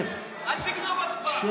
אל תגנוב הצבעה.